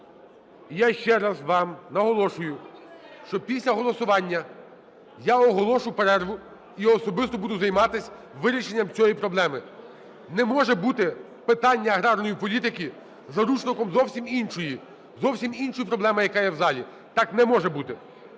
Я ще раз вам наголошую, що після голосування я оголошу перерву і особисто буду займатись вирішення цієї проблеми. Не може бути питання аграрної політики заручником зовсім іншої, зовсім іншої проблеми, яка є в залі. Так не може бути.